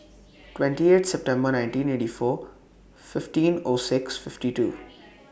twenty eighth September nineteen eighty four fifteen O six fifty two